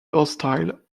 hostile